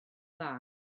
dda